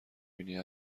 بینی